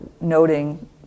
noting